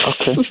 Okay